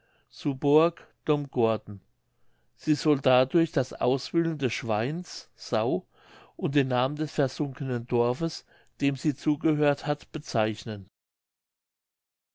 damgorden sie soll dadurch das auswühlen des schweins sau und den namen des versunkenen dorfes dem sie zugehört hat bezeichnen